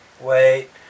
Wait